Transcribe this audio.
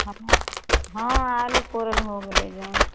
हँ हँ आलू कोड़ल हो गेलै हँ